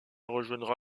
rejoindra